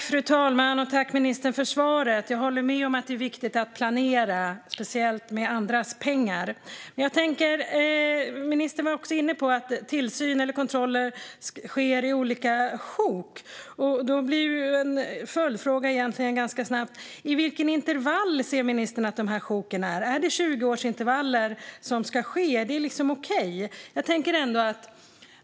Fru talman! Tack, ministern, för svaret! Jag håller med om att det är viktigt att planera, speciellt med andras pengar. Ministern var inne på att tillsyn och kontroller sker i olika sjok. En ganska snabb följdfråga blir hur långa intervallen för de sjoken ska vara, enligt ministern. Ska det vara 20-årsintervall? Är det okej?